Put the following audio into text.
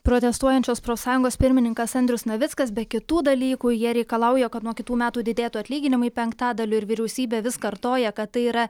protestuojančios profsąjungos pirmininkas andrius navickas be kitų dalykų jie reikalauja kad nuo kitų metų didėtų atlyginimai penktadaliu ir vyriausybė vis kartoja kad tai yra